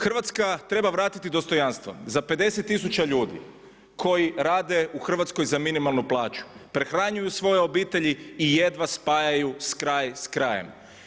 Hrvatska treba vratiti dostojanstvo za 50 tisuća ljudi koji rade u Hrvatskoj za minimalnu plaću, prehranjuju svoje obitelji i jedva spajaju kraj s krajem.